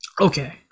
Okay